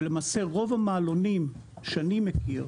ולמעשה רוב המעלונים שאני מכיר,